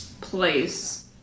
place